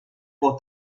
può